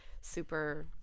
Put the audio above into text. super